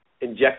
inject